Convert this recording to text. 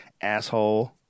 Asshole